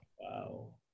Wow